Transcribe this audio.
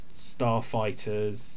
starfighters